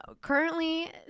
Currently